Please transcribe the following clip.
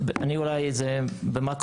אני אולי זה במקרו,